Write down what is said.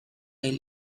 del